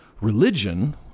religion